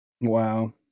wow